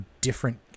different